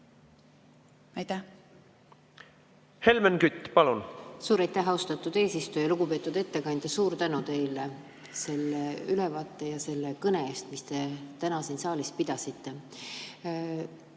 palun! Helmen Kütt, palun! Suur aitäh, austatud eesistuja! Lugupeetud ettekandja, suur tänu teile selle ülevaate ja selle kõne eest, mis te täna siin saalis pidasite!